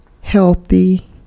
healthy